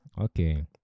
okay